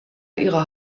ihre